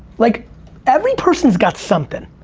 like every person's got somethin'.